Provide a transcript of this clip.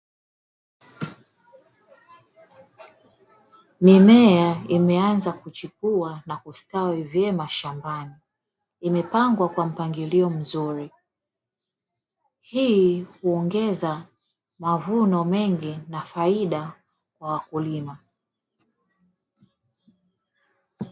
Mimea imeanza kuchipua na kustawi vyema shambani, imepangwa kwa mpangilio mzuri, hii huongeza mavuno mengi na faida kwa wakulima.